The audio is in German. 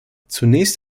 zunächst